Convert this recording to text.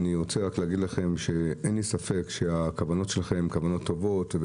אני רוצה רק להגיד לכם שאין לי ספק שהכוונות שלכם הן כוונות טובות,